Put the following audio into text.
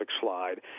slide